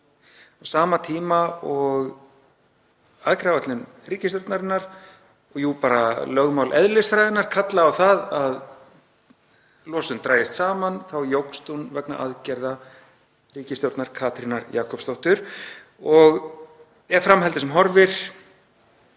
Á sama tíma og aðgerðaáætlun ríkisstjórnarinnar og bara lögmál eðlisfræðinnar kalla á það að losun dragist saman þá jókst hún vegna aðgerða ríkisstjórnar Katrínar Jakobsdóttur og ef fram heldur sem horfir